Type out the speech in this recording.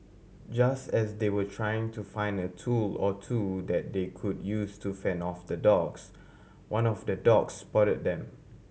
just as they were trying to find a tool or two that they could use to fend off the dogs one of the dogs spotted them